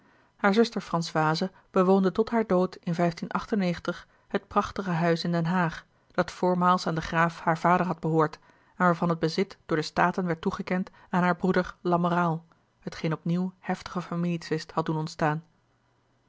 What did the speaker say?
hare zuster françoise bewoonde tot haar dood in het prachtige huis in den haag dat voormaals aan den graaf haar vader had behoord en waarvan het bezit door de staten werd toegekend aan haar broeder lamoraal hetgeen opnieuw heftigen familietwist had doen ontstaan